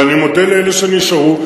ואני מודה לאלה שנשארו,